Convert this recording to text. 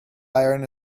iron